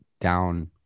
down